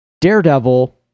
Daredevil